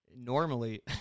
normally